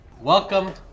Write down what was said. Welcome